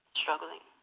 struggling